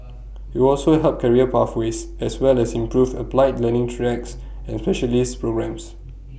IT will also help career pathways as well as improve applied learning tracks and specialist programmes